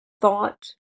thought